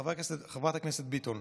חברת הכנסת ביטון,